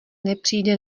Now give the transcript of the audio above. nepřijde